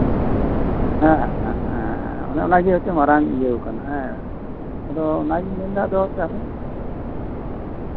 ᱦᱮᱸ ᱦᱮᱸ ᱦᱮᱸ ᱚᱱᱮ ᱚᱱᱟ ᱜᱮ ᱟᱨᱠᱤ ᱢᱟᱨᱟᱝ ᱤᱭᱟᱹᱣᱠᱟᱱᱟ ᱟᱨᱠᱤ ᱟᱫᱚ ᱚᱱᱟᱜᱤᱧ ᱢᱮᱱ ᱮᱫᱟ